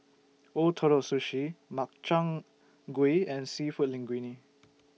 Ootoro Sushi Makchang Gui and Seafood Linguine